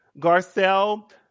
Garcelle